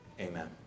Amen